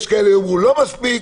יש כאלה יאמרו לא מספיק,